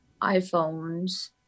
iPhones